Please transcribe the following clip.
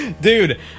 Dude